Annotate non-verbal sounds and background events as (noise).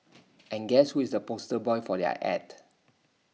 (noise) and guess who is the poster boy for their Ad